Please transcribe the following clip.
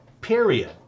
period